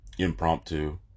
impromptu